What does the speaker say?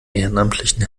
ehrenamtlichen